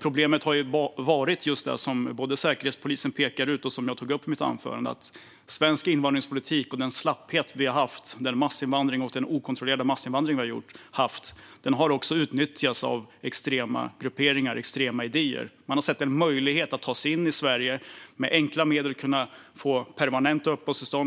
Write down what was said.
Problemet har varit det som Säkerhetspolisen pekar på, som jag också tog upp i mitt anförande, nämligen att svensk invandringspolitik och den slapphet vi har haft - den okontrollerade massinvandring vi har haft - har utnyttjats av extrema grupperingar med extrema idéer. Man har sett en möjlighet att ta sig in i Sverige. Man har med enkla medel kunnat få permanenta uppehållstillstånd.